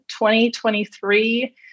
2023